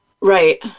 Right